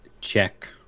check